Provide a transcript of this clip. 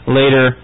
later